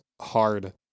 hard